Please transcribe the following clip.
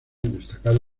destacado